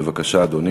בבקשה, אדוני.